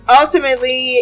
ultimately